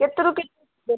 କେତେ ରୁ କେତେ